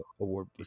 award